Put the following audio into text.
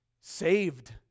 saved